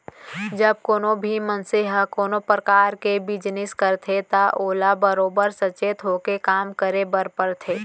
जब कोनों भी मनसे ह कोनों परकार के बिजनेस करथे त ओला बरोबर सचेत होके काम करे बर परथे